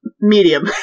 Medium